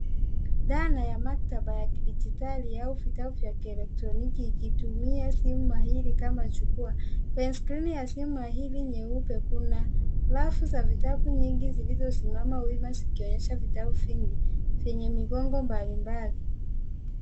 Dhana ya maktaba ya kidijitali au vitabu vya kielektroniki ikitumia simu mahiri kama jukwaa, kwenye skrini ya simu hili nyeupe kuna rafu za vitabu nyingi zilizosimama wima zikionyesha vitabu vingi zenye migongo mbali mbali.